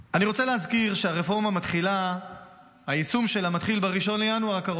אני רוצה להזכיר שהיישום של הרפורמה יתחיל ב-1 בינואר הקרוב